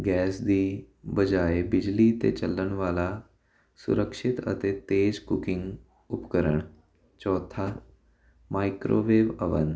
gas ਦੀ ਬਜਾਏ ਬਿਜਲੀ 'ਤੇ ਚੱਲਣ ਵਾਲਾ ਸੁਰਕਸ਼ਿਤ ਅਤੇ ਤੇਜ਼ ਕੁਕਿੰਗ ਉਪਕਰਣ ਚੌਥਾ ਮਾਈਕਰੋਵੇਵ ਅਵਨ